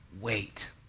wait